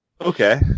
Okay